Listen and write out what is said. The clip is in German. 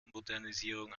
modernisierung